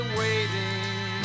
waiting